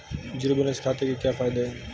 Zero balance खाते के क्या फायदे हैं?